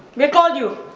we'll call you!